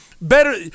better